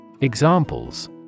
Examples